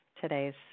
today's